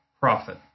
profit